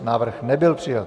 Návrh nebyl přijat.